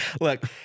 Look